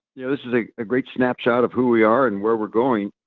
a great snapshot of who we are and where we're going.